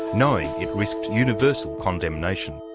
knowing it risked universal condemnation?